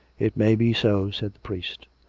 it may be so, said the priest.